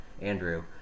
Andrew